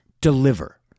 deliver